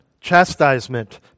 chastisement